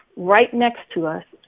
right next to us,